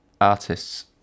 artists